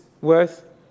worth